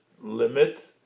limit